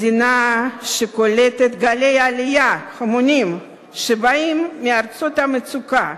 מדינה שקולטת גלי עלייה המונית שבאים מארצות המצוקה,